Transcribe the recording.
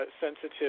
sensitive